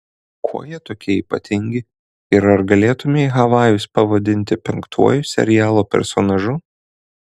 kuo jie tokie ypatingi ir ar galėtumei havajus pavadinti penktuoju serialo personažu